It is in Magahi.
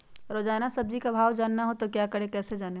रोजाना सब्जी का भाव जानना हो तो क्या करें कैसे जाने?